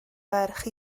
ferch